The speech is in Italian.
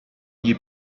gli